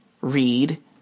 read